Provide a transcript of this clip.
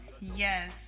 Yes